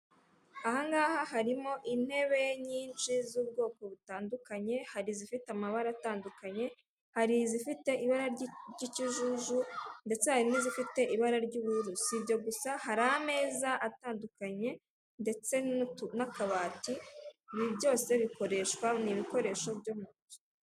Aha ngaha harimo inebe nyinshi z'ubwoko butandukanye hari izifite amabara atandukande hari izifite ibara ry'ikijuju, ndetse hari n'izifite ibara ry'ubururu sibyo gusa hari ameza atandukanye ndetse n'akabati ibi byose bikoreshwa ni ibikoresho byo mu nzu.